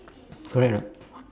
correct or not